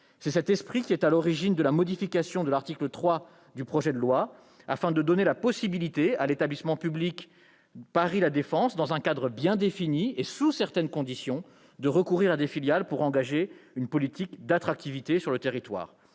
C'est cet esprit qui est à l'origine de la modification de l'article 3 du projet de loi, afin de donner la possibilité à l'établissement public Paris La Défense, dans un cadre bien défini et sous certaines conditions, de recourir à des filiales pour engager une politique d'attractivité sur ce territoire.